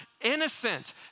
innocent